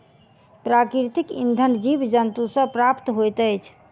प्राकृतिक इंधन जीव जन्तु सॅ प्राप्त होइत अछि